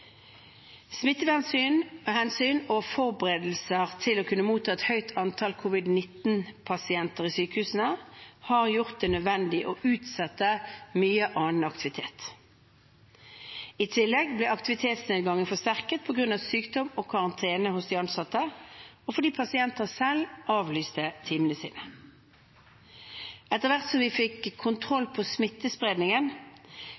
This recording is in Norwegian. og forberedelser til å kunne motta et høyt antall covid-19-pasienter i sykehusene har gjort det nødvendig å utsette mye annen aktivitet. I tillegg ble aktivitetsnedgangen forsterket på grunn av sykdom og karantene hos de ansatte, og fordi pasienter selv avlyste timene sine. Etter hvert som vi fikk